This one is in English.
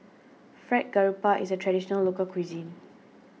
Fried Garoupa is a Traditional Local Cuisine